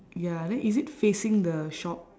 ya then is it facing the shop